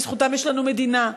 בזכותם יש לנו מדינה,